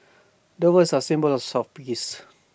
doves are A symbol of sort peace